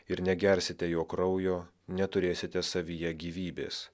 ir negersite jo kraujo neturėsite savyje gyvybės